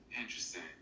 Interesting